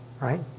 right